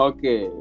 Okay